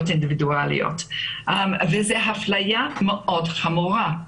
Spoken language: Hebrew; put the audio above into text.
מדובר באפליה חמורה מאוד.